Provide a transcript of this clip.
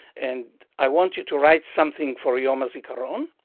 and i want you to write something for yom ha'zikaron. um